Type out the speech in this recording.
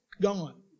Gone